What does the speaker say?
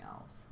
else